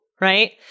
right